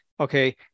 Okay